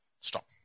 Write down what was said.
stop